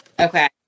okay